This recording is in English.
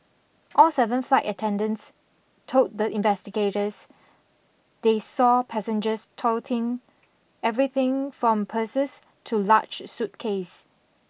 all seven flight attendants told the investigators they saw passengers toting everything from purses to large suitcases